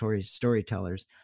storytellers